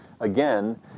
again